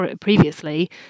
previously